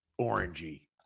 orangey